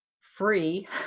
free